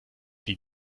die